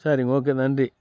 சரி ஓகே நன்றி